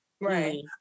Right